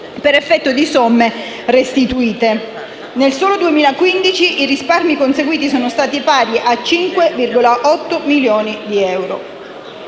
per effetto di somme restituite. Nel solo 2015 i risparmi conseguiti sono stati pari a 5,8 milioni di euro.